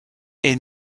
est